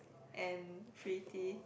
and pretty